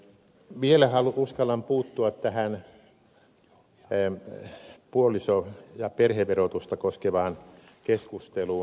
vielä uskallan puuttua tähän puoliso ja perheverotusta koskevaan keskusteluun